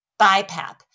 BiPAP